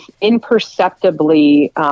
imperceptibly